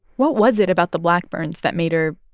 what was it about the blackburns that made her,